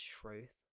truth